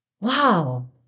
Wow